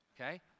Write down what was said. Okay